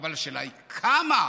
אבל השאלה היא כמה,